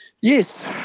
yes